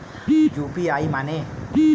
UPI माने?